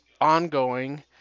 ongoing